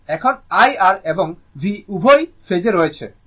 এখানে IR এবং V উভয়ই ফেজে রয়েছে